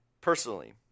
personally